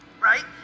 right